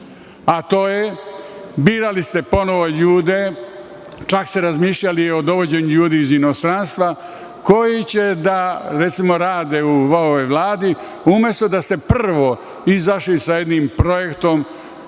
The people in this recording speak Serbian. a to je, birali ste ponovo ljude, čak ste razmišljali o dovođenju novih ljudi iz inostranstva, koji će da rade u novoj Vladi, umesto da ste prvo izašli sa jednim projektom,